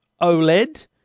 OLED